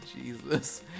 Jesus